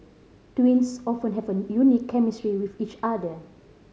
twins often have a unique chemistry with each other